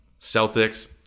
Celtics